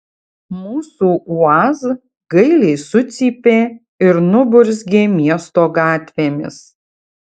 mūsų uaz gailiai sucypė ir nuburzgė miesto gatvėmis